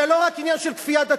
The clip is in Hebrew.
זה לא רק עניין של כפייה דתית,